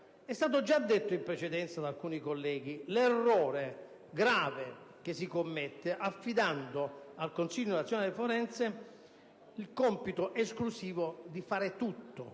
stato detto in precedenza da alcuni colleghi dell'errore grave che si commette affidando al Consiglio nazionale forense il compito esclusivo di fare tutto.